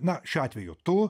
na šiuo atveju tu